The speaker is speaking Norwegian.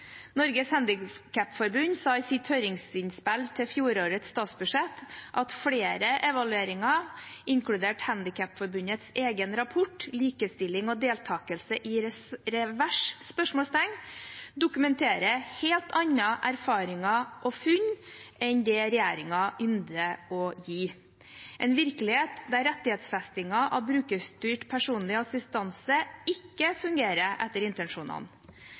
Norges Handikapforbund sa i sitt høringsinnspill til fjorårets statsbudsjett at flere evalueringer, inkludert Handikapforbundets egen rapport Likestilling og deltakelse i revers?, dokumenterer helt andre erfaringer og funn enn det regjeringen ynder å komme med – en virkelighet der rettighetsfestingen av brukerstyrt personlig assistanse ikke fungerer etter intensjonene.